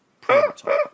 prototype